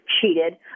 cheated